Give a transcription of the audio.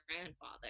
grandfather